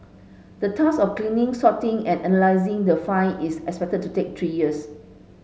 the task of cleaning sorting and analysing the find is expected to take three years